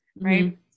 right